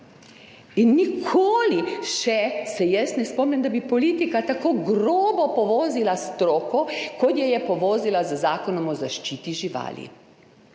In nikoli še se jaz ne spomnim, da bi politika tako grobo povozila stroko, kot jo je povozila z Zakonom o zaščiti živali,